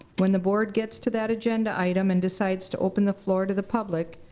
when the board gets to that agenda item, and decides to open the floor to the public,